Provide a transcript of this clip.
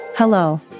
Hello